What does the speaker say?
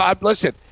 listen